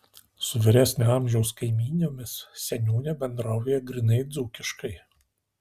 su vyresnio amžiaus kaimynėmis seniūnė bendrauja grynai dzūkiškai